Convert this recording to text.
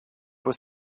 was